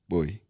Boy